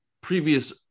previous